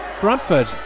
Bradford